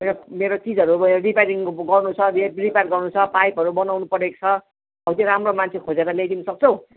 मेरो चिजहरू रिपेरिङ गर्नु छ रिपेयर गर्नु छ पाइपहरू बनाउनु परेको छ हौ त्यो राम्रो मान्छे खोजेर ल्याइदिनु सक्छौ